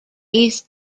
east